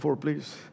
please